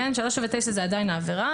379 הוא עדיין העבירה,